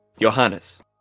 Johannes